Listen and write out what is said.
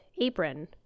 apron